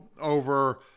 over